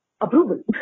approval